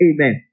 Amen